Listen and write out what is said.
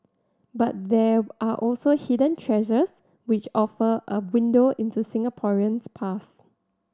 but there are also hidden treasures which offer a window into Singapore's past